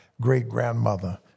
great-grandmother